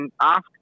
ask